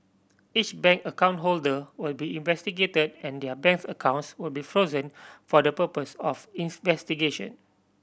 each bank account holder will be investigate and their banks accounts will be frozen for the purpose of